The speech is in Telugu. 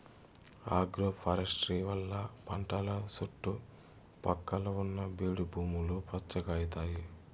ఆగ్రోఫారెస్ట్రీ వల్ల పంటల సుట్టు పక్కల ఉన్న బీడు భూములు పచ్చగా అయితాయి